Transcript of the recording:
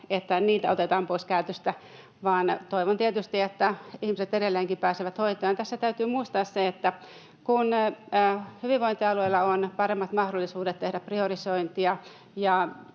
että niitä otetaan pois käytöstä, vaan toivon tietysti, että ihmiset edelleenkin pääsevät hoitoon. Tässä täytyy muistaa se, että kun hyvinvointialueilla on paremmat mahdollisuudet tehdä priorisointia